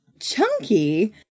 Chunky